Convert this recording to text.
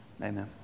Amen